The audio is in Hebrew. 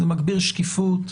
זה מגביר שקיפות,